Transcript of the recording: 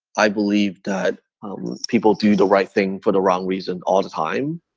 i believe that people do the right thing for the wrong reason all the time